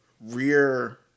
rear